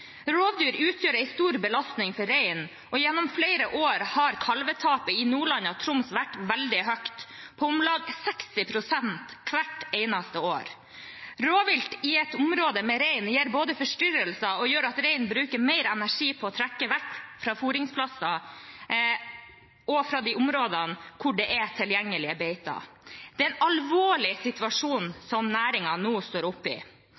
Rovdyr utgjør en stor belastning for reinen, og gjennom flere år har kalvetapet i Nordland og Troms vært veldig stort, om lag 60 pst. hvert eneste år. Rovvilt i et område med rein gir både forstyrrelser og gjør at reinen bruker mer energi på å trekke vekk fra fôringsplasser og fra de områdene der det er tilgjengelige beiter. Det er en alvorlig situasjon næringen nå står oppe i.